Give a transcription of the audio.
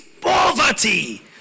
poverty